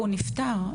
הוא נפטר.